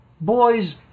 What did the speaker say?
boys